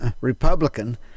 republican